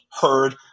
heard